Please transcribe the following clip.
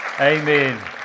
Amen